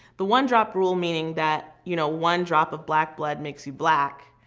the one drop rule, meaning that you know one drop of black blood makes you black,